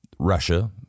Russia